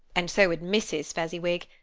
and so would mrs. fezziwig.